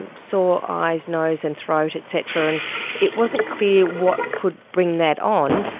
and sore eyes, nose and throat et cetera, and it wasn't clear what could bring that on,